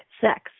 sex